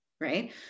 right